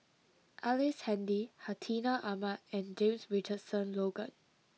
Ellice Handy Hartinah Ahmad and James Richardson Logan